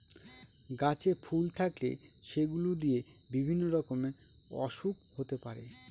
গাছে ফুল থাকলে সেগুলো দিয়ে বিভিন্ন রকমের ওসুখ হতে পারে